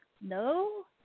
no